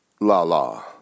la-la